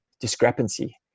discrepancy